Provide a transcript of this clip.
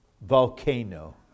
volcano